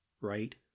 right